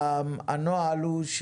הנוהל הוא,